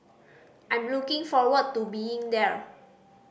I'm looking forward to being there